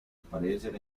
aparecen